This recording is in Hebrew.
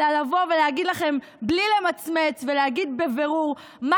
אלא לבוא ולהגיד לכם בלי למצמץ ולהגיד בבירור מה